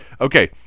Okay